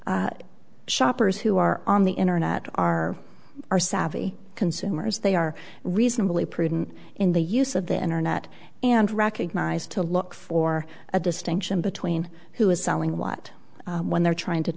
shoppers who are on the internet are are savvy consumers they are reasonably prudent in the use of the internet and recognize to look for a distinction between who is selling what when they're trying to